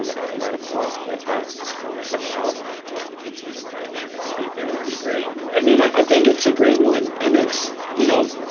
um as a man of color like that's that's powerful i think i think that will be great. i mean, i think it's a great one. and it's you know,